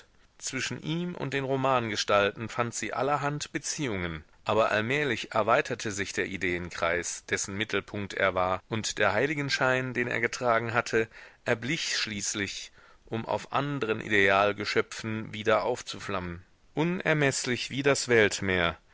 zwischen ihm und den romangestalten fand sie allerhand beziehungen aber allmählich erweiterte sich der ideenkreis dessen mittelpunkt er war und der heiligenschein den er getragen hatte erblich schließlich um auf andren idealgeschöpfen wieder aufzuflammen unermeßlich wie das weltmeer